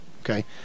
okay